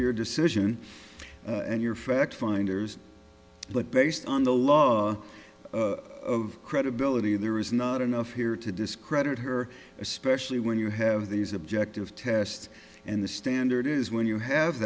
your decision and your fact finders but based on the law of credibility there is not enough here to discredit her especially when you have these objective tests and the standard is when you have